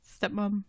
stepmom